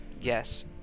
Yes